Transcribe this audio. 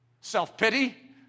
self-pity